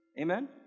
Amen